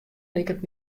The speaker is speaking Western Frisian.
liket